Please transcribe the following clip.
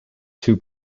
two